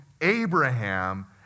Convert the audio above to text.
Abraham